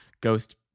ghost